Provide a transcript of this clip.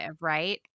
right